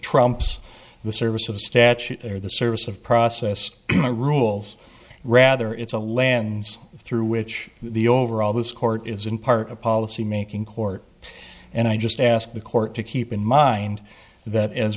trumps the service of statute or the service of process rules rather it's a lens through which the overall this court is in part a policymaking court and i just ask the court to keep in mind that as